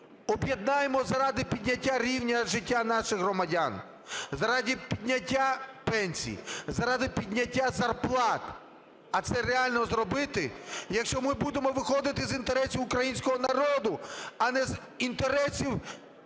об'єднаємось заради прийняття рівня життя наших громадян, заради підняття пенсій, заради підняття зарплат, а це реально зробити, якщо ми будемо виходити з інтересів українського народу, а не з інтересів